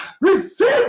Receive